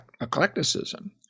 eclecticism